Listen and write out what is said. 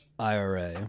ira